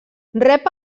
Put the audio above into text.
rep